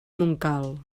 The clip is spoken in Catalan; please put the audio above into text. montcal